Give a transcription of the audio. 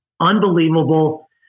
Unbelievable